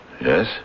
Yes